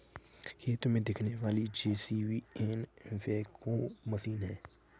खेत में दिखने वाली जे.सी.बी एक बैकहो मशीन है